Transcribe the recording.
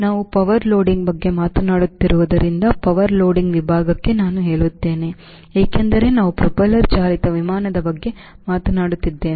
ನಾವು power loading ಬಗ್ಗೆ ಮಾತನಾಡುತ್ತಿರುವುದರಿಂದ ಪವರ್ ಲೋಡಿಂಗ್ ವಿಭಾಗಕ್ಕೆ ನಾನು ಹೇಳುತ್ತೇನೆ ಏಕೆಂದರೆ ನಾವು ಪ್ರೊಪೆಲ್ಲರ್ ಚಾಲಿತ ವಿಮಾನದ ಬಗ್ಗೆ ಮಾತನಾಡುತ್ತಿದ್ದೇವೆ